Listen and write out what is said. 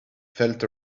felt